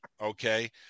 okay